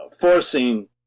forcing